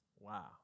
Wow